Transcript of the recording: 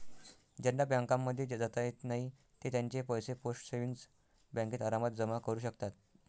ज्यांना बँकांमध्ये जाता येत नाही ते त्यांचे पैसे पोस्ट सेविंग्स बँकेत आरामात जमा करू शकतात